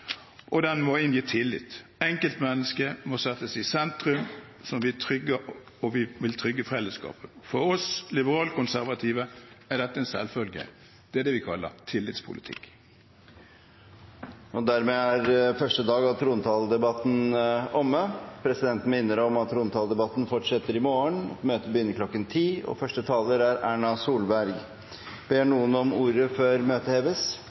og den må inngi tillit. Enkeltmennesket må settes i sentrum, og vi må trygge fellesskapet. For oss liberalkonservative er dette en selvfølge. Det er det vi kaller tillitspolitikk. Dermed er første dag av trontaledebatten omme. Presidenten minner om at trontaledebatten fortsetter i morgen kl. 10.00, og første taler er statsminister Erna Solberg. Ber noen om ordet før møtet heves?